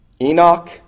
Enoch